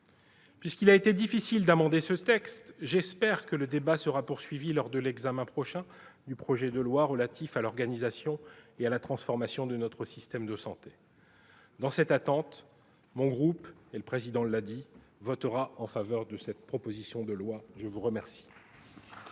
Puisqu'il a été difficile d'amender ce texte, j'espère que le débat sera poursuivi lors de l'examen prochain du projet de loi relatif à l'organisation et à la transformation de notre système de santé. Dans cette attente, comme l'a annoncé le président Milon, mon groupe votera cette proposition de loi. La parole